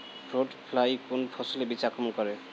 Fruit fly কোন ফসলে বেশি আক্রমন করে?